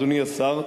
אדוני השר,